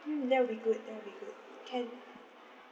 mm that will be good that will be good can